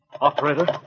Operator